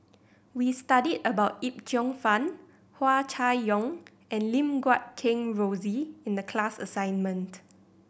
we studied about Yip Cheong Fun Hua Chai Yong and Lim Guat Kheng Rosie in the class assignment